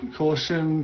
caution